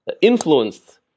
influenced